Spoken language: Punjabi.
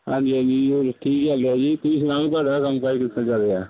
ਹਾਂਜੀ ਹਾਂਜੀ ਹੋਰ ਠੀਕ ਹੈਗਾ ਜੀ ਤੁਸੀਂ ਸੁਣਾਓ ਤੁਹਾਡਾ ਕੰਮ ਕਾਰ ਕਿਸ ਤਰਾਂ ਚੱਲ ਰਿਹਾ